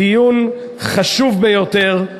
דיון חשוב ביותר,